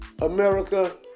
america